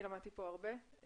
אני למדתי פה הרבה,